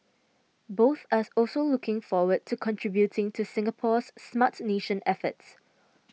both are also looking forward to contributing to Singapore's Smart Nation efforts